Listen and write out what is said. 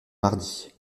mardi